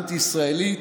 אנטי-ישראלית.